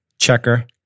Checker